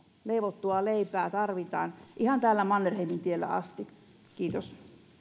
leivottua leipää tarvitaan ihan täällä mannerheimintiellä asti kiitos